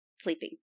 sleeping